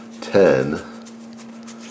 ten